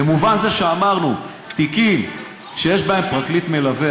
במובן זה שאמרנו: תיקים שיש בהם פרקליט מלווה,